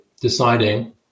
deciding